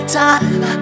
time